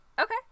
Okay